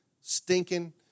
stinking